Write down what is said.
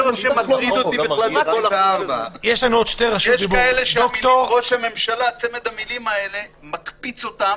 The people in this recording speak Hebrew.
יש כאלה שצמד המילים "ראש הממשלה" מקפיץ אותם.